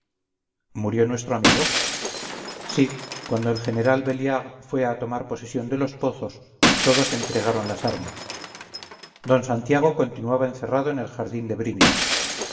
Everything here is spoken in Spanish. murió nuestro amigo sí cuando el general belliard fue a tomarposesión de los pozos todos entregaron las armas d santiago continuaba encerrado en el jardín de bringas